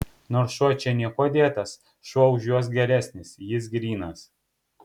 nors šuo čia niekuo dėtas šuo už juos geresnis jis grynas